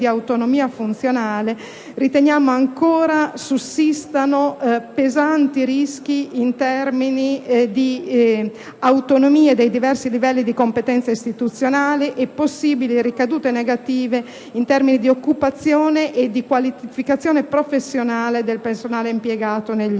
di autonomia funzionale di questi enti, ancora sussistono pesanti rischi in termini di autonomia dei diversi livelli di competenza istituzionale e di possibili ricadute negative con riguardo all'occupazione e alla qualificazione professionale del personale impiegato negli